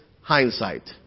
hindsight